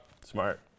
Smart